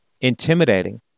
Intimidating